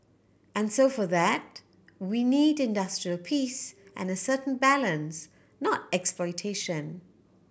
and so for that we needed industrial peace and a certain balance not exploitation